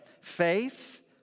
Faith